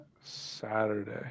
saturday